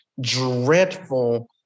Dreadful